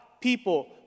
people